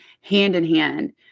hand-in-hand